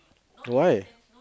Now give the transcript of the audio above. why